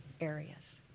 areas